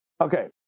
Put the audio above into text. Okay